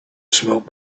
smoke